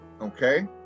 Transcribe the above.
Okay